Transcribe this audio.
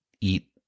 eat –